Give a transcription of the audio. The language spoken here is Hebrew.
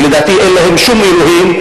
שלדעתי אין להם שום אלוהים,